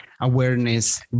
awareness